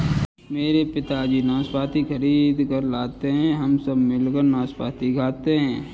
मेरे पिताजी नाशपाती खरीद कर लाते हैं हम सब मिलकर नाशपाती खाते हैं